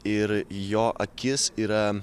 ir jo akis yra